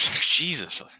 Jesus